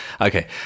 Okay